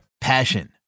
Passion